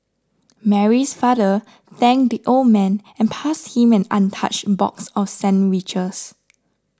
Mary's father thanked the old man and passed him an untouched box of sandwiches